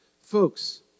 Folks